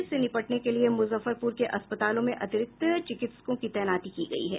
इससे निपटने के लिए मुजफ्फरपुर के अस्पतालों में अतिरिक्त चिकित्सकों की तैनाती की गयी है